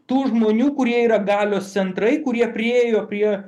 tų žmonių kurie yra galios centrai kurie priėjo prie